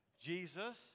Jesus